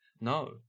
No